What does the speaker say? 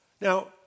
Now